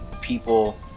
people